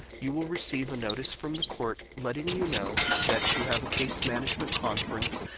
you will receive a notice from the court letting you know that you have a case management conference,